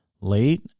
late